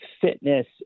fitness